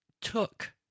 took